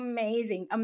Amazing